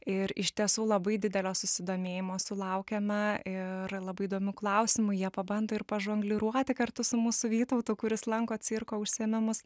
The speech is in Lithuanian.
ir iš tiesų labai didelio susidomėjimo sulaukėme ir labai įdomių klausimų jie pabando ir pažongliruoti kartu su mūsų vytautu kuris lanko cirko užsiėmimus